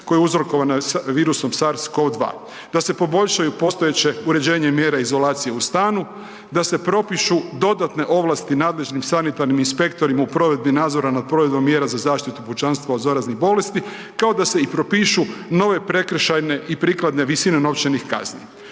koja je uzrokovana virusom SARS cod2, da se poboljšaju postojeće uređenje mjera izolacije u stanu, da se propišu dodatne ovlasti nadležnim sanitarnim inspektorima u provedbi nadzora nad provedbom mjera za zaštitu pučanstva od zaraznih bolesti, kao i da se propišu nove prekršajne i prikladne visine novčanih kazni.